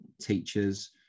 teachers